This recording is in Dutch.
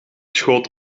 schoot